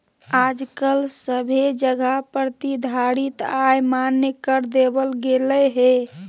आजकल सभे जगह प्रतिधारित आय मान्य कर देवल गेलय हें